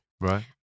Right